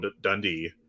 Dundee